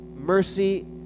mercy